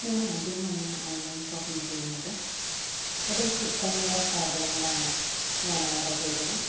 ഞാൻ ആദ്യമായാണ് online shopping ചെയ്യുന്നത് അതും കിച്ചൻ വെയർ സാധനങ്ങളാണ് ഞാൻ ഓർഡർ ചെയ്തത്